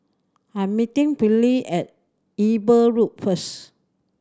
I'm meeting Finley at Eber Road first